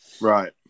right